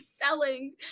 selling